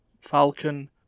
Falcon